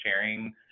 sharing